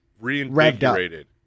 reinvigorated